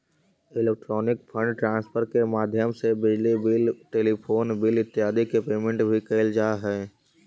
electronic fund transfer के माध्यम से बिजली बिल टेलीफोन बिल इत्यादि के पेमेंट भी कैल जा हइ